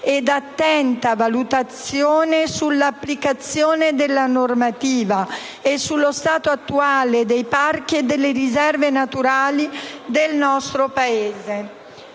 ed attenta valutazione sull'applicazione della normativa e sullo stato attuale dei parchi e delle riserve naturali del nostro Paese.